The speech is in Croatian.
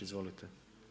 Izvolite.